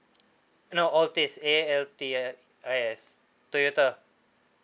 no altis A L T I S toyota